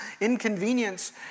inconvenience